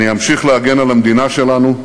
אני אמשיך להגן על המדינה שלנו,